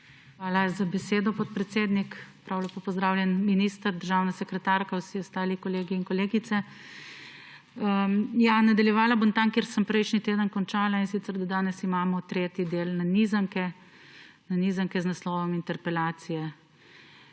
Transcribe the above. Hvala za besedo, podpredsednik. Prav lepo pozdravljen minister, državna sekretarka, vsi ostali kolegi in kolegice. Nadaljevala bom tam, kjer sem prejšnji teden končala, in sicer da danes imamo tretji del nanizanke z naslovom Interpelacije.